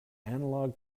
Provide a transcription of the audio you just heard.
analogue